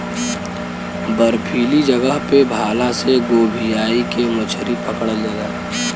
बर्फीली जगह पे भाला से गोभीयाई के मछरी पकड़ल जाला